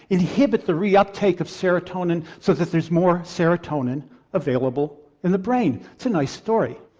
inhibit the re-uptake of serotonin so that there's more serotonin available in the brain. it's a nice story.